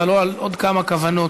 ולא על עוד כמה כוונות,